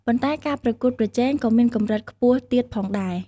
ប៉ុន្តែការប្រកួតប្រជែងក៏មានកម្រិតខ្ពស់ទៀតផងដែរ។